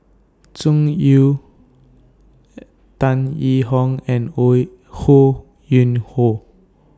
Tsung Yeh Tan Yee Hong and Ho Yuen Hoe